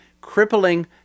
crippling